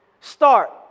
start